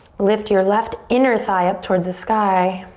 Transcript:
lift your left inner thigh up towards the sky,